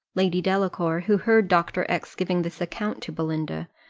lady delacour, who heard dr. x giving this account to belinda,